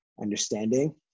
understanding